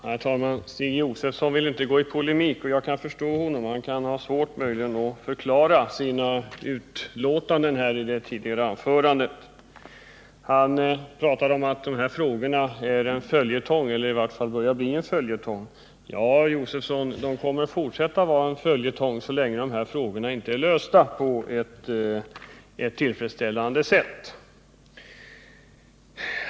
Herr talman! Stig Josefson vill inte gå i polemik, och jag kan förstå honom. Han kan ha svårt att förklara sina utlåtanden i det tidigare anförandet. Han pratade om att de här frågorna är en följetong eller i vart fall börjar bli en följetong. Ja, Stig Josefson, de kommer att fortsätta att vara en följetong så länge de inte är lösta på ewt tillfredsställande sätt.